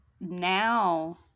now